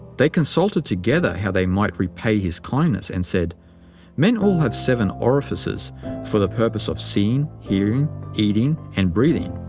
they consulted together how they might repay his kindness, and said men all have seven orifices for the purpose of seeing, hearing, eating and breathing,